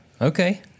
Okay